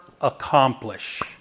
accomplish